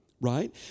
right